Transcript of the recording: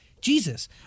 jesus